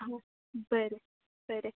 बरें बरें